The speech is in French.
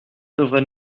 devrait